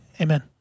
Amen